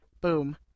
Boom